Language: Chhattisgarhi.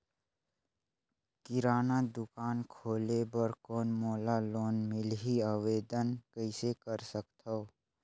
किराना दुकान खोले बर कौन मोला लोन मिलही? आवेदन कइसे कर सकथव?